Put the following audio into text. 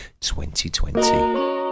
2020